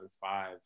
five